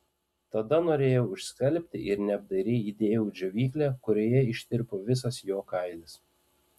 tada norėjau išskalbti ir neapdairiai įdėjau į džiovyklę kurioje ištirpo visas jo kailis